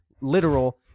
literal